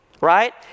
right